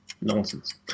nonsense